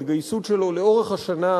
ההתגייסות שלו לאורך השנה,